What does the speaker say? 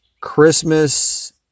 Christmas